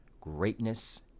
greatness